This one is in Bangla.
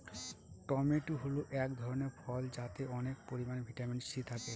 টমেটো হল এক ধরনের ফল যাতে অনেক পরিমান ভিটামিন সি থাকে